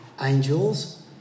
angels